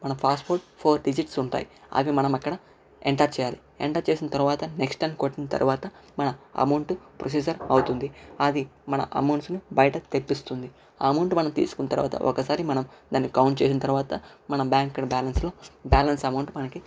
మన password four digits ఉంటాయి అవి మనం అక్కడ ఎంటర్ చేయాలి ఎంటర్ చేసిన తర్వాత నెక్స్ట్ అని కొట్టిన తర్వాత మన అమౌంట్ ప్రొసీజర్ అవుతుంది అది మన అమౌంట్ ని బయటకి తెప్పిస్తుంది ఆ అమౌంట్ మనం తీసుకున్న తర్వాత ఒకసారి మనం దానిని కౌంట్ చేసిన తర్వాత మన బ్యాంక్ బ్యాలెన్స్ లో బ్యాలెన్స్ అమౌంట్ మనకి